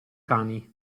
cani